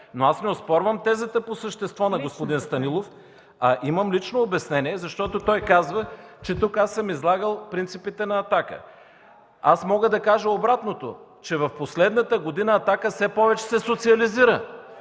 – не оспорвам тезата по същество на господин Станилов, а имам лично обяснение, защото той казва, че тук съм излагал принципите на „Атака”. Мога да кажа обратното – че в последната година „Атака” все повече се социализира